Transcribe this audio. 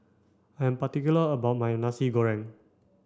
I'm particular about my Nasi Goreng